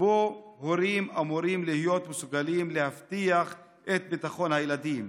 שבו הורים אמורים להיות מסוגלים להבטיח את ביטחון הילדים.